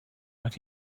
but